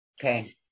Okay